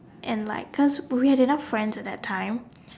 and like because we had enough friends at that time